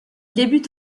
débute